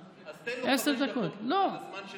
אז תן לו חמש דקות על הזמן של שמחה.